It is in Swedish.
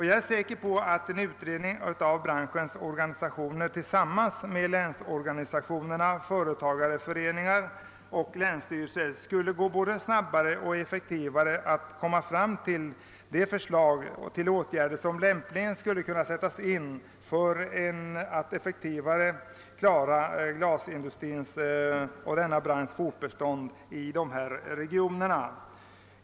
Jag är säker på att en utredning utförd av branschens organisationer tillsammans med länsorgan — företagar föreningar och länsstyrelser — mycket snabbare och effektivare skulle kunna utarbeta förslag till åtgärder lämpliga att sättas in för att klara glasindustrins fortbestånd i dessa regioner.